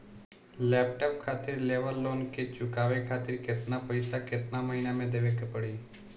Laptop खातिर लेवल loan के चुकावे खातिर केतना पैसा केतना महिना मे देवे के पड़ी?